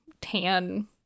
tan